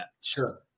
sure